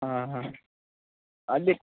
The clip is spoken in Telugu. ఆహా అది